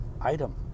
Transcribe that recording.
item